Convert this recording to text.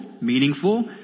meaningful